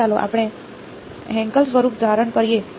તો ચાલો આપણે હેન્કેલ સ્વરૂપ ધારણ કરીએ